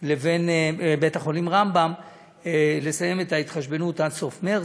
לבין בית-החולים רמב"ם עד סוף מרס,